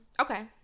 Okay